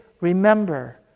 Remember